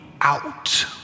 out